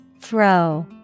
Throw